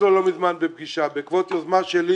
אצלו לא מזמן בפגישה בעקבות יוזמה שלי